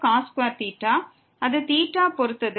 அது θவை பொறுத்தது